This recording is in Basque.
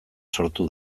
sortu